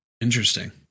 interesting